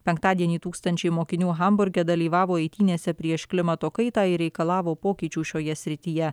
penktadienį tūkstančiai mokinių hamburge dalyvavo eitynėse prieš klimato kaitą ir reikalavo pokyčių šioje srityje